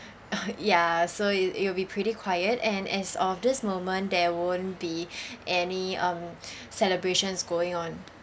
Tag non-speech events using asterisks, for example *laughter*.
*noise* ya so you it'll be pretty quiet and as of this moment there won't be *breath* any um celebrations going on